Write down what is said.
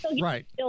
right